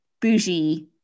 bougie